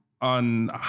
on